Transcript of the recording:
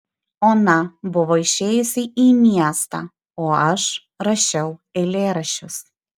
ona buvo išėjusi į miestą o aš rašiau eilėraščius